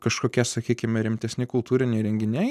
kažkokia sakykime rimtesni kultūriniai renginiai